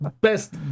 Best